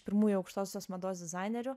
pirmųjų aukštosios mados dizainerių